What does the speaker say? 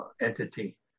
entity